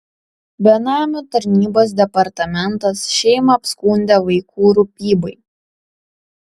benamių tarnybos departamentas šeimą apskundė vaikų rūpybai